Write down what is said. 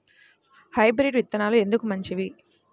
Hybrid విత్తనాలు ఎందుకు మంచివి?